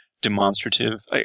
demonstrative